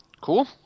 Cool